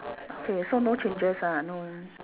okay so no changes ah no